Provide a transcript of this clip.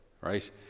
right